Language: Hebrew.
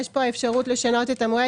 יש פה אפשרות לשנות את המועד,